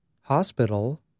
hospital